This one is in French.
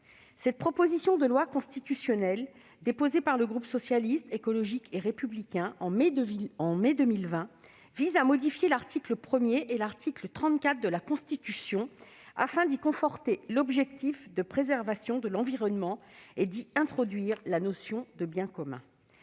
Cette proposition de loi constitutionnelle, déposée par le groupe Socialiste, Écologiste et Républicain en mai 2020, vise à modifier l'article 1 et l'article 34 de la Constitution afin d'y conforter l'objectif de préservation de l'environnement et d'y introduire la notion de « biens communs